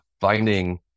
finding